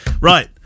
Right